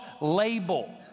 label